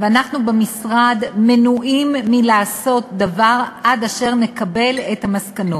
ואנחנו במשרד מנועים מלעשות דבר עד אשר נקבל את המסקנות.